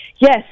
Yes